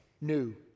new